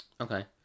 Okay